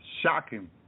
shocking